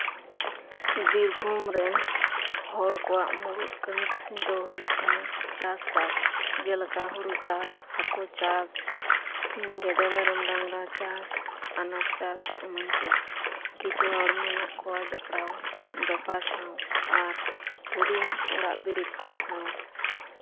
ᱵᱤᱨᱵᱷᱩᱢ ᱨᱮᱱ ᱦᱚᱲ ᱠᱚᱣᱟᱜ ᱢᱩᱬᱩᱫ ᱠᱟᱹᱢᱤ ᱠᱟᱹᱥᱱᱤ ᱫᱚ ᱦᱩᱭᱩᱜ ᱠᱟᱱᱟ ᱪᱟᱥᱵᱟᱥ ᱡᱮᱞᱟᱠᱟ ᱦᱩᱲᱩ ᱪᱟᱥ ᱦᱟᱠᱳ ᱪᱟᱥ ᱥᱤᱢ ᱜᱮᱰᱮ ᱢᱮᱨᱚᱢ ᱰᱟᱝᱨᱟ ᱪᱟᱥ ᱟᱱᱟᱡ ᱪᱟᱥ ᱮᱢᱟᱱ ᱠᱚ ᱠᱤᱪᱷᱩ ᱦᱚᱲ ᱢᱮᱱᱟᱜ ᱠᱚᱣᱟ ᱵᱮᱯᱟᱨ ᱥᱟᱶ ᱟᱨ ᱦᱩᱰᱤᱧ ᱚᱲᱟᱜ ᱵᱤᱨᱤᱫ ᱠᱚ ᱥᱟᱶ